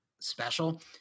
special